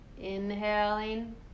Inhaling